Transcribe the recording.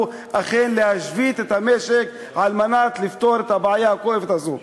אכן להשבית את המשק על מנת לפתור את הבעיה הכואבת הזאת.